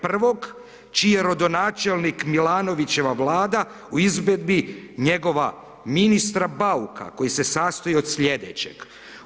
Prvog čiji je rodonačelnik Milanovićeva vlada u izvedbi njegova ministra Bauka koji se sastoji od slijedećeg.